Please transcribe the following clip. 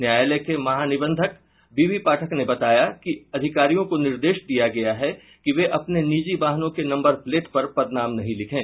न्यायालय के महानिबंधक बीबीपाठक ने बताया कि अधिकारियों को निर्देश दिया गया है कि वे अपने निजी वाहनों के नम्बर प्लेट पर पदनाम नहीं लिखे